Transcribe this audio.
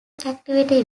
activity